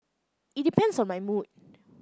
it depends on my mood